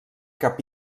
cap